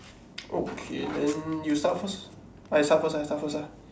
okay then you start first I start first I start first ah